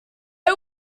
are